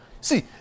See